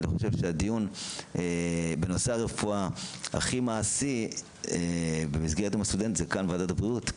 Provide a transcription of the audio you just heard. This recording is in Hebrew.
הדיון בנושא רפואה שהוא הכי מעשי ביום הסטודנט זה כאן במשרד הבריאות.